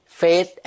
faith